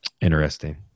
interesting